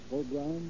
Program